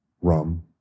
rum